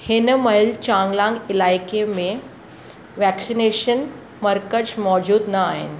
हिन महिल चांगलांग इलाइक़े में वैक्सनेशन मर्कज़ मौजूदु न आहिनि